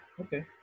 Okay